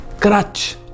crutch